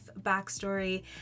backstory